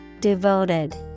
Devoted